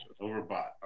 overbought